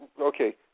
Okay